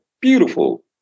beautiful